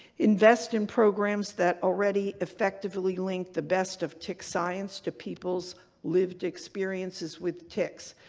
invest in programs that already effectively link the best of tick science to people's lived experiences with ticks.